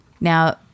Now